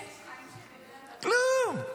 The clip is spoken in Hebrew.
כלום.